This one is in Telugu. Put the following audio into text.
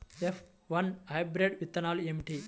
ఎఫ్ వన్ హైబ్రిడ్ విత్తనాలు ఏమిటి?